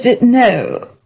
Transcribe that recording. No